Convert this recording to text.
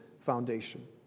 foundation